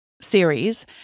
Series